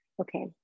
okay